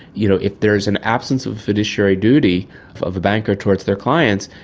you know if there is an absence of fiduciary duty of a banker towards their clients,